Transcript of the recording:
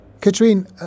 Katrine